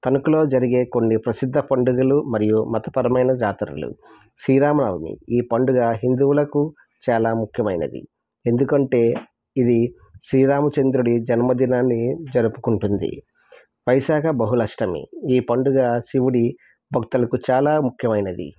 తణుకులో జరిగే కొన్ని ప్రసిద్ధ పండుగలు మరియు మతపరమైన జాతరలు శ్రీరామనవమి ఈ పండుగ హిందువులకు చాలా ముఖ్యమైనది ఎందుకంటే ఇది శ్రీరామచంద్రుడి జన్మదినాన్ని జరుపుకుంటుంది వైశాఖ బహుళ అష్టమి ఈ పండుగ శివుడి భక్తులకు చాలా ముఖ్యమైనది